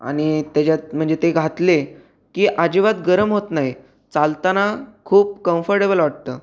आणि त्याच्यात म्हणजे ते घातले की अजिबात गरम होत नाही चालताना खूप कम्फर्टेबल वाटतं